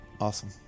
awesome